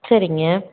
சரிங்க